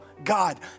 God